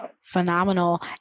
Phenomenal